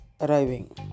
arriving